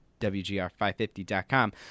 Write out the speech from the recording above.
WGR550.com